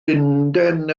lundain